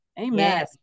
Amen